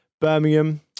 Birmingham